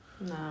No